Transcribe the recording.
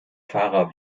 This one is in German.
fahrer